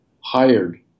hired